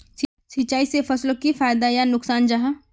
सिंचाई से फसलोक की फायदा या नुकसान जाहा?